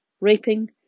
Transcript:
raping